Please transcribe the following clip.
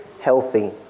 healthy